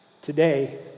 Today